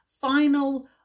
final